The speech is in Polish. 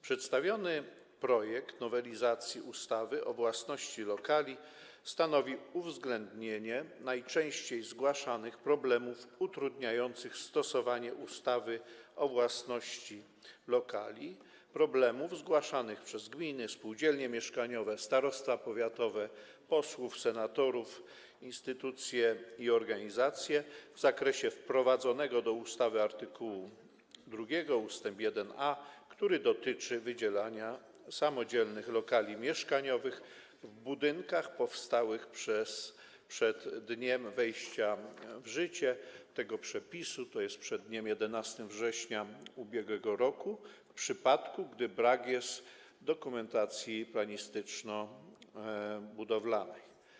Przedstawiony projekt nowelizacji ustawy o własności lokali uwzględnia najczęściej zgłaszane problemy utrudniające stosowanie ustawy o własności lokali, problemy zgłaszane przez gminy, spółdzielnie mieszkaniowe, starostwa powiatowe, posłów, senatorów, instytucje i organizacje w zakresie wprowadzonego do ustawy art. 2 ust. 1a, który dotyczy wydzielania samodzielnych lokali mieszkaniowych w budynkach powstałych przed dniem wejścia w życie tego przepisu, tj. przed dniem 11 września ub.r., w przypadku, gdy brak dokumentacji planistyczno-budowlanej.